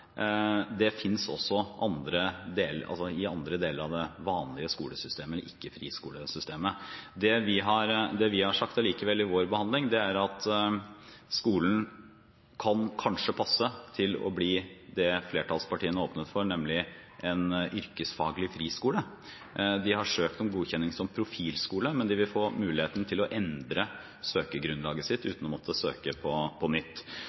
også finnes i andre deler av det vanlige skolesystemet, ikke friskolesystemet. Det vi allikevel har sagt i vår behandling, er at skolen kanskje kan passe til å bli det flertallspartiene åpnet for, nemlig en yrkesfaglig friskole. De har søkt om godkjenning som profilskole, men de vil få muligheten til å endre søkegrunnlaget sitt uten å måtte søke på